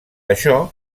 això